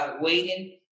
waiting